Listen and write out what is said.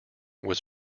was